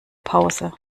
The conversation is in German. pause